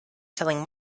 selling